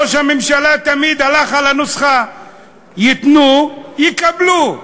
ראש הממשלה תמיד הלך על הנוסחה "ייתנו, יקבלו".